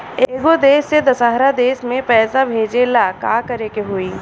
एगो देश से दशहरा देश मे पैसा भेजे ला का करेके होई?